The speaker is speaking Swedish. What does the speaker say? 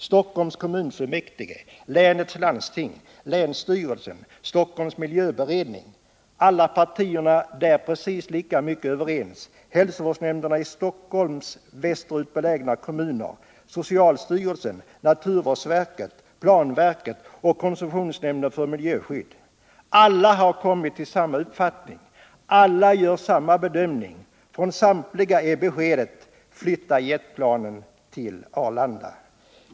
Stockholms kommunfullmäktige, länets landsting, länsstyrelsen, Stockholms miljöberedning, där alla partierna är precis lika mycket överens, hälsovårdsnämnderna i Storstockholms västerut belägna kommuner, socialstyrelsen, naturvårdsverket, planverket och koncessionsnämnden för miljöskydd — alla har kommit till samma uppfattning, alla gör samma bedömning. Från samtliga är beskedet: Flytta jetplanen till Arlanda!